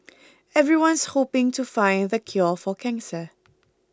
everyone's hoping to find the cure for cancer